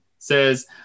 says